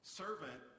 servant